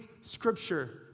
scripture